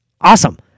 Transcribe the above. awesome